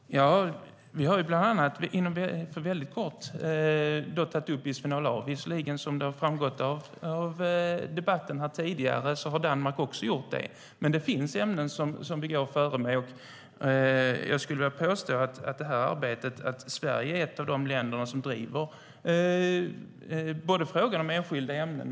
Herr talman! Vi har bland annat tagit upp bisfenol A. Som framgått av debatten här tidigare har visserligen också Danmark gjort det. Men det finns ämnen som vi går före med. Jag skulle vilja påstå att Sverige är ett av de länder som är ledande i arbetet när det gäller frågan om enskilda ämnen.